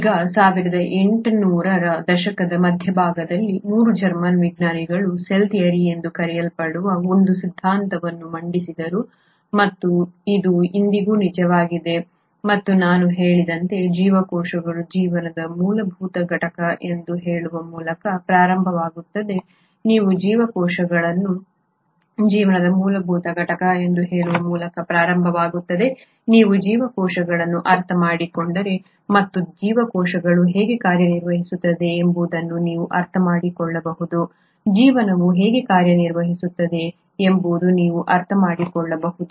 ಈಗ 1800 ರ ದಶಕದ ಮಧ್ಯಭಾಗದಲ್ಲಿ 3 ಜರ್ಮನ್ ವಿಜ್ಞಾನಿಗಳು ಸೆಲ್ ಥಿಯರಿ ಎಂದು ಕರೆಯಲ್ಪಡುವ ಒಂದು ಸಿದ್ಧಾಂತವನ್ನು ಮಂಡಿಸಿದರು ಮತ್ತು ಇದು ಇಂದಿಗೂ ನಿಜವಾಗಿದೆ ಮತ್ತು ನಾನು ಹೇಳಿದಂತೆ ಜೀವಕೋಶಗಳು ಜೀವನದ ಮೂಲಭೂತ ಘಟಕ ಎಂದು ಹೇಳುವ ಮೂಲಕ ಪ್ರಾರಂಭವಾಗುತ್ತದೆ ನೀವು ಜೀವಕೋಶಗಳನ್ನು ಅರ್ಥಮಾಡಿಕೊಂಡರೆ ಮತ್ತು ಜೀವಕೋಶಗಳು ಹೇಗೆ ಕಾರ್ಯನಿರ್ವಹಿಸುತ್ತವೆ ಎಂಬುದನ್ನು ನೀವು ಅರ್ಥಮಾಡಿಕೊಳ್ಳಬಹುದು ಜೀವನವು ಹೇಗೆ ಕಾರ್ಯನಿರ್ವಹಿಸುತ್ತದೆ ಎಂಬುದನ್ನು ನೀವು ಅರ್ಥಮಾಡಿಕೊಳ್ಳಬಹುದು